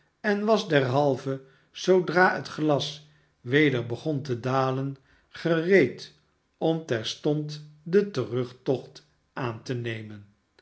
en was derhalve zoodra het glas weder begon te dalen gereed om terstond den terugtocht aan te nemen